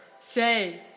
Say